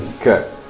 Okay